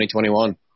2021